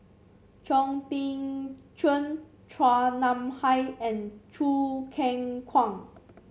Chong Tze Chien Chua Nam Hai and Choo Keng Kwang